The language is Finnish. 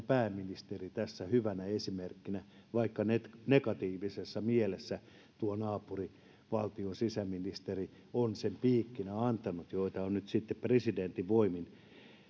pääministeri tässä hyvänä esimerkkinä vaikka negatiivisessa mielessä tuo naapurivaltion sisäministeri on sen piikkinä antanut mitä on nyt sitten presidentin voimin